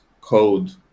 code